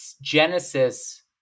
Genesis